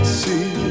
see